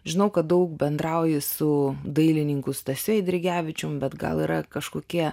žinau kad daug bendrauji su dailininku stasiu eidrigevičium bet gal yra kažkokie